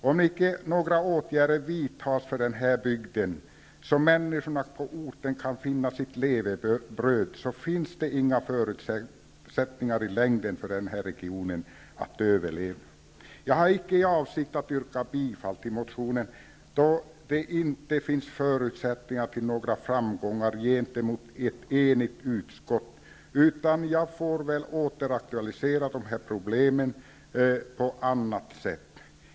Om inte åtgärder vidtas för den här bygden så att människorna på orten kan finna sitt levebröd, finns det i längden inga förutsättningar för den här regionen att överleva. Jag har icke för avsikt att yrka bifall till min motion, då det inte finns förutsättningar för några framgångar gentemot ett enigt utskott, utan jag får väl på nytt aktualisera de här problemen på annat sätt.